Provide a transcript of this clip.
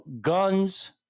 guns